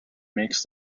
makes